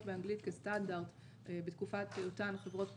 באנגלית כסטנדרט בתקופת היותן חברות פרטיות,